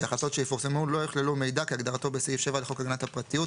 "החלטות שיפורסמו לא יכללו מידע כהגדרתו בסעיף 7 לחוק הגנת הפרטיות,